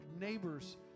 neighbors